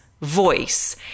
voice